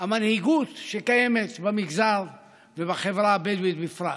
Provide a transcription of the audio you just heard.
המנהיגות שקיימת במגזר ובחברה הבדואית בפרט.